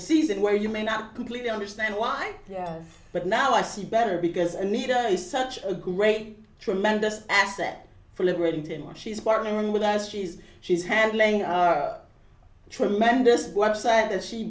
season where you may not completely understand why but now i see better because anita is such a good great tremendous asset for liberated him she's partnering with us she's she's handling a tremendous website that she